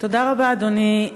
תודה רבה, אדוני.